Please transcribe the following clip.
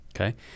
Okay